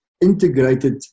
integrated